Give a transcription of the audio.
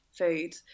Food